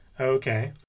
Okay